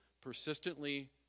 persistently